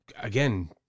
Again